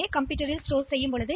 எனவே இது 1 2 3 4 5 6 7 8